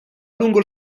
lungo